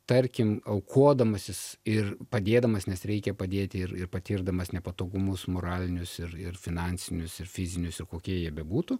tarkim aukodamasis ir padėdamas nes reikia padėti ir ir patirdamas nepatogumus moralinius ir ir finansinius ir fizinius ir kokie jie bebūtų